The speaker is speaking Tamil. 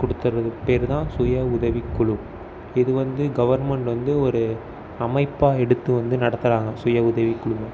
கொடுத்தறதுக்கு பேர் தான் சுயஉதவிக்குழு இது வந்து கவர்மெண்ட் வந்து ஒரு அமைப்பாக எடுத்து வந்து நடத்துகிறாங்க சுயஉதவிக்குழு